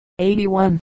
81